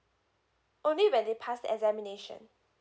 only when they pass the examination